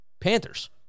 Panthers